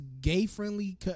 gay-friendly